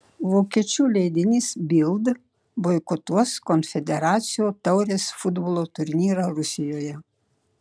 vokiečių leidinys bild boikotuos konfederacijų taurės futbolo turnyrą rusijoje